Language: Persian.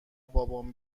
بابام